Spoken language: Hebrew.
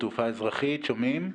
מדבר מוטי שמואלי,